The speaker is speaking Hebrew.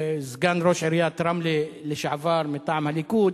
סגן ראש עיריית רמלה לשעבר מטעם הליכוד,